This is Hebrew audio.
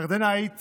ירדנה, היית